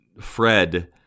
Fred